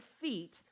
feet